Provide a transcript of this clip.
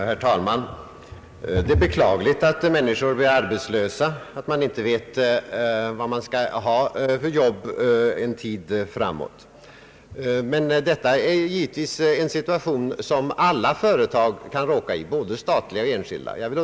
Herr talman! Det är beklagligt att människor blir arbetslösa och att man inte vet vilket jobb man kan ge dem en tid framöver. Men jag vill understryka att detta givetvis är en situation som anställda hos alla företag kan råka i, både statliga och enskilda.